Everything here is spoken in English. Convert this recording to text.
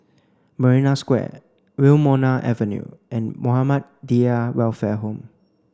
marina Square Wilmonar Avenue and Muhammadiyah Welfare Home